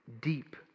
deep